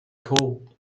called